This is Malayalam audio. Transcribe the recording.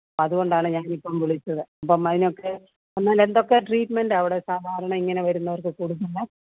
അതുകൊണ്ടാണ് ഞാൻ ഇപ്പം വിളിച്ചത് ഇപ്പം അതിനൊക്കെ വന്നാൽ എന്തൊക്കെ ട്രീറ്റ്മെൻറ് ആണ് അവിടെ സാധാരണ ഇങ്ങനെ വരുന്നവർക്ക് കൊടുക്കുന്നത്